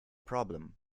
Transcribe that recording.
problem